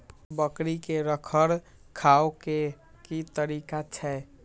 बकरी के रखरखाव के कि तरीका छै?